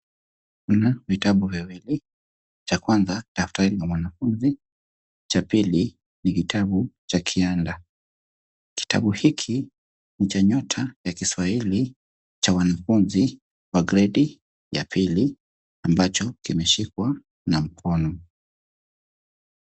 Kuna vitabu viwili, cha kwanza daftari la wanafuzi, cha pili ni kitabu cha kianda, kitabu hiki ni cha nyota ya kiswahili cha wanafunzi wa gredi ya pili ambacho kimeshikwa na mkono.